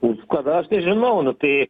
su kuo aš nežinau nu tai